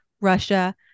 Russia